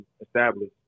established